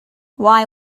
why